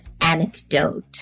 anecdote